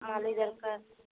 ମାଳି ଦରକାର